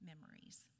memories